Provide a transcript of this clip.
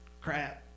crap